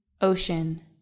Ocean